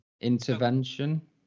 Intervention